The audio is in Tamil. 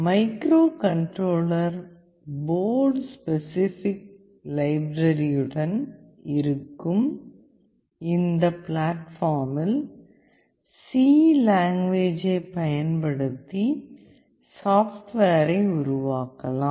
மைக்ரோகண்ட்ரோலர் போர்டு ஸ்பெசிபிக் லைப்ரரியுடன் இருக்கும் இந்த பிளாட்பார்மில் C லாங்குவேஜை பயன்படுத்தி சாஃப்ட்வேரை உருவாக்கலாம்